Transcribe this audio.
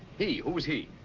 he, who's he?